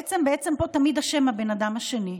בעצם פה תמיד אשם האדם השני.